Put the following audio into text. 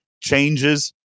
changes